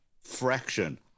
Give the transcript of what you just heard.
fraction